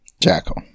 Jackal